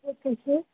okay sir